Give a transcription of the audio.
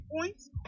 points